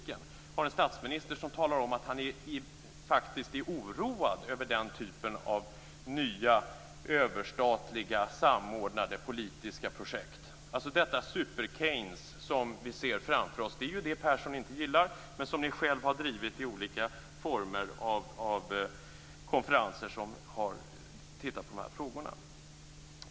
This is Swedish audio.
Samma regering har en statsminister som talar om att han faktiskt är oroad över den typen av nya, överstatliga samordnade politiska projekt. Det super-Keynes som vi ser framför oss är ju det som Persson inte gillar, men som man har drivit i olika former av konferenser som har tittat på det här frågorna.